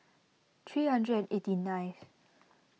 three hundred eighty ninth